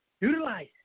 Utilize